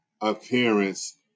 appearance